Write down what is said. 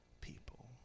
people